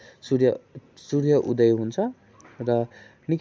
सूर्य सूर्य उदय हुन्छ र निकै